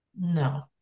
No